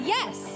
Yes